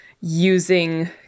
using